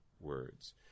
words